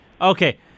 Okay